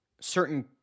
certain